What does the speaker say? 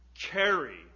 carry